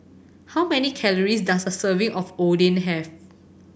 how many calories does a serving of Oden have